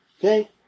Okay